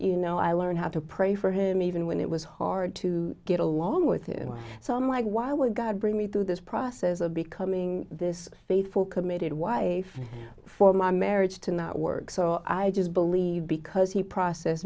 you know i learned how to pray for him even when it was hard to get along with you so i'm like why would god bring me through this process of becoming this faithful committed wife for my marriage to not work so i just believe because he process